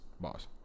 boss